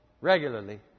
regularly